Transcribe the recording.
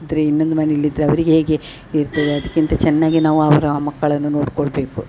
ಇದ್ದರೆ ಇನ್ನೊಂದು ಮನೆಯಲ್ಲಿ ಇದ್ದರೆ ಅವರಿಗೆ ಹೇಗೆ ಇರ್ತದೆ ಅದ್ಕಿಂತ ಚೆನ್ನಾಗಿ ನಾವು ಅವರ ಆ ಮಕ್ಕಳನ್ನು ನೋಡ್ಕೊಳ್ಳಬೇಕು